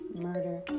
murder